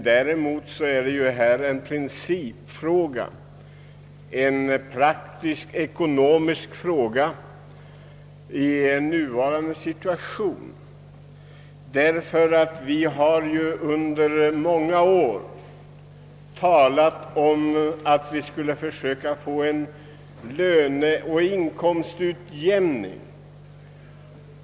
Däremot är detta för mig en principfråga och en praktisk-ekonomisk fråga i nuvarande situation. Vi har under många år talat om att vi borde försöka åstadkomma en löneoch inkomstutjämning.